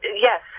yes